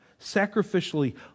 Sacrificially